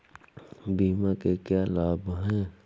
बीमा के क्या लाभ हैं?